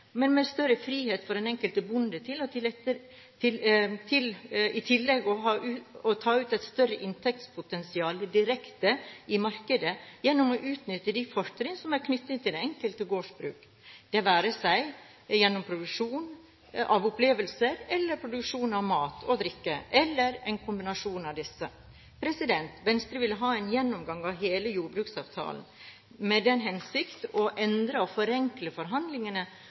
men med en større frihet for den enkelte bonde til i tillegg å ta ut et større inntektspotensial direkte i markedet, gjennom å utnytte de fortrinn som er knyttet til det enkelte gårdsbruk – det være seg gjennom produksjon av opplevelser eller produksjon av mat og drikke, eller en kombinasjon av dette. Venstre vil ha en gjennomgang av hele jordbruksavtalen med den hensikt å endre og forenkle forhandlingene